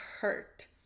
hurt